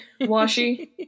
washi